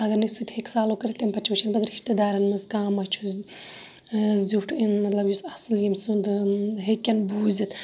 اَگَر نہٕ سُہ تہِ ہیٚکہِ سولو کٔرِتھ تمہ پَتہٕ چھُ وُچھان پَتہٕ رِشتہِ دارَن مَنٛز کانٛہہ ما چھُ زیُٹھ مَطلَب یُس اَصل یمہِ سُنٛد ہیٚکَن بوٗزِتھ